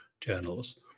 journals